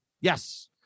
Yes